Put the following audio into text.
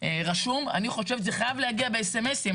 אני חושבת שזה חייב להגיע באסמסים,